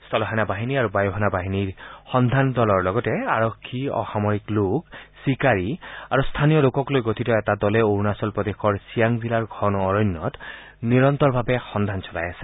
স্থল সেনা বাহিনী আৰু বায়ুসেনা বাহিনীৰ সন্ধান দলৰ লগতে আৰক্ষী অসামিৰক লোক চিকাৰী আৰু স্থানীয় লোকক লৈ গঠিত এটা দলে অৰুণাচল প্ৰদেশৰ চিয়াং জিলাৰ ঘন অৰণ্যত নিৰন্তৰভাৱে অনুসন্ধান চলাই আছে